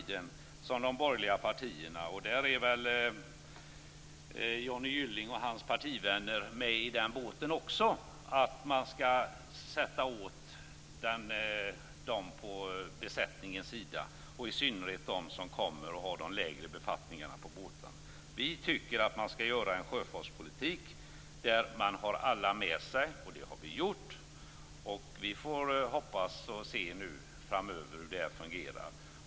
De borgerliga partierna - Johnny Gylling och hans partivänner är väl med i den båten också - skall hela tiden sätta åt dem på besättningens sida och i synnerhet de som har de lägre befattningarna på båtarna. Vi tycker att man skall föra en sjöfartspolitik där man har alla med sig. Det har vi gjort, och vi får se framöver hur det fungerar.